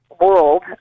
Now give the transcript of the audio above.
world